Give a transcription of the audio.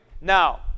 Now